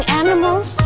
animals